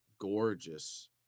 gorgeous